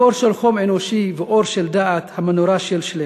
מקור של חום אנושי ואור של דעת, מנורה של שלמות.